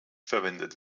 verwendet